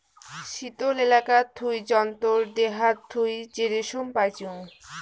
শীতল এলাকাত থুই জন্তুর দেহাত থুই যে রেশম পাইচুঙ